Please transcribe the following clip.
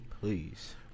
Please